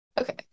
Okay